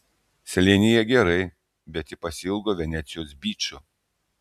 slėnyje gerai bet ji pasiilgo venecijos byčo